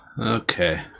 Okay